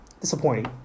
disappointing